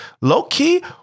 low-key